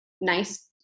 nice